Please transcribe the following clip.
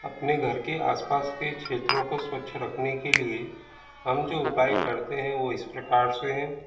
अपने घर के आस पास के क्षेत्रों को स्वच्छ रखने के लिए हम जो उपाए करते हैं वो इस प्रकार से हैं